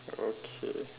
okay